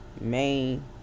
main